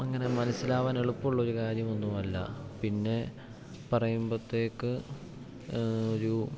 അങ്ങനെ മനസ്സിലാവാൻ എളുപ്പമുള്ളൊരു കാര്യമൊന്നുമല്ല പിന്നെ പറയുമ്പത്തേക്ക് ഒരു